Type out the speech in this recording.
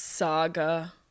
saga